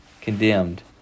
condemned